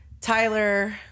Tyler